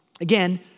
Again